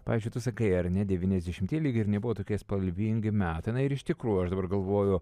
pavyzdžiui tu sakai ar ne devyniasdešimtieji lyg ir nebuvo tokie spalvingi metai ir iš tikrųjų aš dabar galvoju